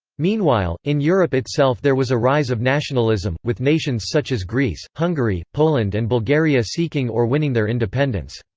meanwhile, in europe itself there was a rise of nationalism, with nations such as greece, hungary, poland and bulgaria seeking or winning their independence.